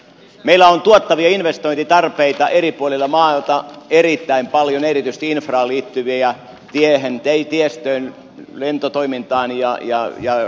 meillä on tuottavia investointitarpeita eri puolilla maata erittäin paljon erityisesti infraan liittyviä tiestöön lentotoimintaan ja radanpitoon